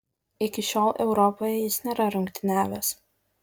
iki šiol europoje jis nėra rungtyniavęs